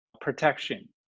protection